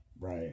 right